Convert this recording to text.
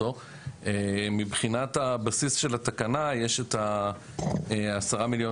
על מצ'ינג בין המשרדים של 15 מיליון